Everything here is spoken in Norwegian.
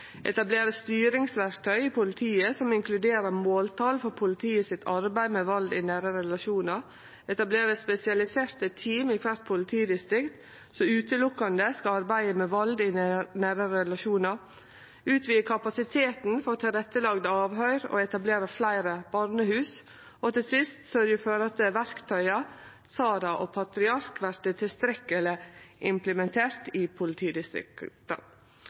styringsverktøy i politiet som inkluderer måltal for politiet sitt arbeid med vald i nære relasjonar etablere spesialiserte team ved kvart politidistrikt som utelukkande skal arbeide med vald i nære relasjonar utvide kapasiteten for tilrettelagde avhøyr og etablere fleire barnehus sørgje for at verktøya SARA og PATRIARK vert tilstrekkeleg implementerte i politidistrikta